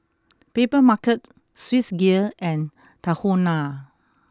Papermarket Swissgear and Tahuna